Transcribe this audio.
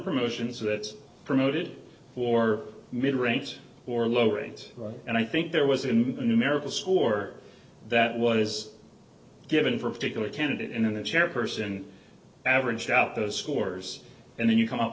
promotions that promoted war middle rates or lower rates and i think there was a numerical score that was given for a particular candidate in a chairperson averaged out those scores and then you come up